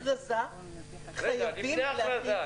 אם יש הכרזה --- לפני ההכרזה,